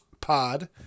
Pod